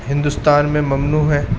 ہندوستان میں ممنوع ہے